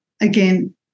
Again